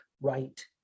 right